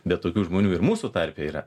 bet tokių žmonių ir mūsų tarpe yra